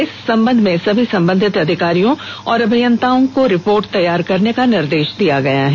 इस संबंध में संबंधित अधिकारियों और अभियंताओं को रिपोर्ट तैयार करने का निर्देष दिया गया है